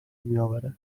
میآورد